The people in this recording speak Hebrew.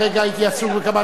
רגע הייתי עסוק בכמה דברים.